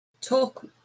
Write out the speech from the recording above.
talk